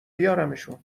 بیارمشون